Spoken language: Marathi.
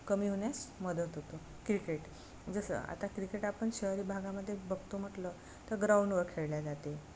कमी होण्यास मदत होतो क्रिकेट जसं आता क्रिकेट आपण शहरी भागामध्ये बघतो म्हटलं तर ग्राउंडवर खेळल्या जाते